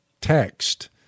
text